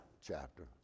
chapter